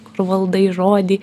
kur valdai žodį